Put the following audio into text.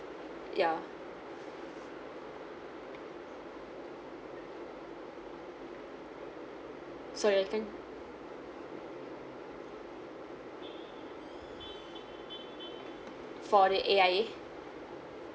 ya so I think for the A_I_A